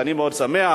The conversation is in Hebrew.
אני מאוד שמח,